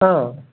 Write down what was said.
ആ